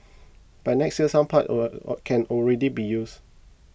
by next year some parts are can already be used